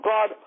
God